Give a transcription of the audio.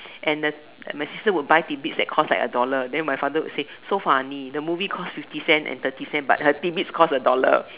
and the my sister would buy tidbits that cost like a dollar then my father would say so funny the movie cost fifty cents and thirty cents but the tidbits cost a dollar